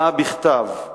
הבעה בכתב,